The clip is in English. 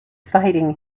fighting